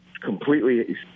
completely